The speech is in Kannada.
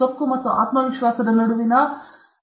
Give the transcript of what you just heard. ಸೊಕ್ಕು ಮತ್ತು ಆತ್ಮ ವಿಶ್ವಾಸ ನಡುವಿನ ಒಂದು ತೆಳುವಾದ ವಿಭಜನೆ ರೇಖೆ ಇದೆ